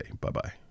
Bye-bye